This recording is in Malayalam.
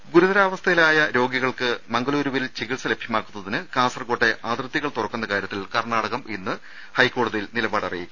രുമ ഗുരുതരാവസ്ഥയിലായ രോഗികൾക്ക് മംഗളൂരുവിൽ ചികിത്സ ലഭ്യമാക്കുന്നതിന് കാസർകോട്ടെ അതിർത്തികൾ തുറക്കുന്ന കാര്യത്തിൽ കർണാടകം ഇന്ന് ഹൈക്കോടതിയിൽ നിലപാട് അറിയിക്കും